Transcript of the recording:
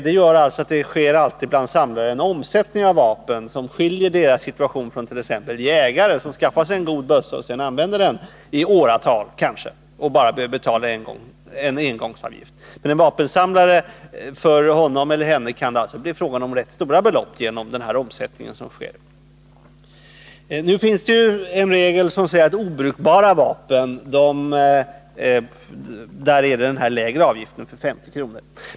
Det gör att det bland samlare alltid sker en omsättning av vapen, vilket skiljer deras situation från t.ex. en jägares, som skaffar sig en god bössa och sedan använder den — kanske i åratal — och bara behöver betala en engångsavgift. För en vapensamlare kan det bli fråga om rätt stora belopp genom den omsättning som sker. Nu finns det ju en regel som säger att för obrukbara vapen gäller den lägre avgiften, 50 kr.